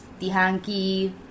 Tihanki